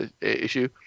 issue